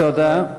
תודה.